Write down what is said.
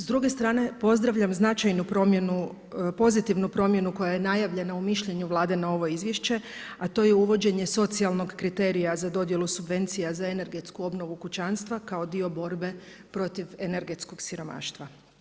S druge strane pozdravljam značajnu promjenu, pozitivnu promjenu koja je najavljena u mišljenju Vlade na ovo izvješće a to je uvođenje socijalnog kriterija za dodjelu subvencija za energetsku obnovu kućanstva kao dio borbe protiv energetskog siromaštva.